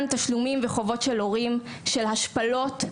תשלומים וחובות של הורים ושל השפלות,